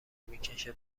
میکشه